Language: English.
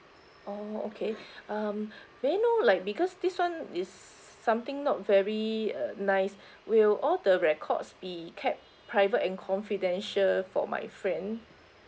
oh okay um may I know like because this one is something not very uh nice will all the records be kept private and confidential for my friend